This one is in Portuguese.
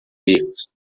erros